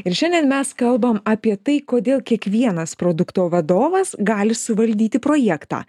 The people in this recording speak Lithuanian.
ir šiandien mes kalbam apie tai kodėl kiekvienas produkto vadovas gali suvaldyti projektą